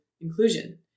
inclusion